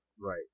Right